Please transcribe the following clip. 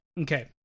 Okay